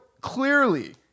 clearly